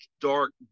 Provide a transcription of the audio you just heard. dark